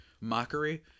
mockery